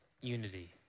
unity